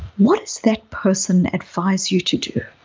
what does that person advise you to do?